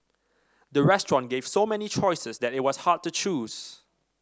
the restaurant gave so many choices that it was hard to choose